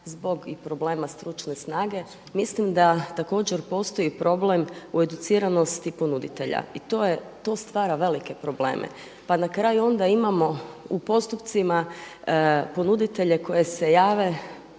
zbog i problema stručne snage. Mislim da također postoji problem u educiranosti ponuditelja. I to stvara velike probleme. Pa na kraju onda imamo u postupcima ponuditelje koji se jave